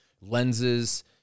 lenses